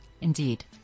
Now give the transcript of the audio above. Indeed